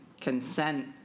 consent